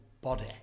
body